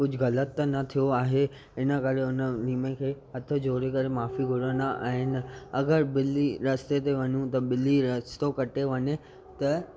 कुझु ग़लति त न थियो आहे हिन करे हुन लीमें खे हथ जोड़े करे माफ़ी घुरंदा आहिनि अगरि ॿिली रस्ते ते वञू त ॿिली रस्तो कटे वञे त